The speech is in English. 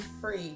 free